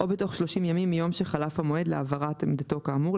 או בתוך 30 ימים מיום שחלף המועד להעברת עמדתו כאמור,